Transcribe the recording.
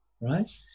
right